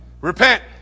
Repent